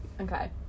Okay